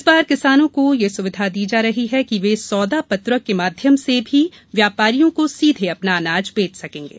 इस बार किसानों को यह सुविधा दी जा रही है कि वे सौदा पत्रक के माध्यम से भी व्यापारियों को सीधे अपना अनाज बेच सकेंगे